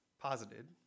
posited